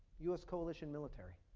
us coalition military.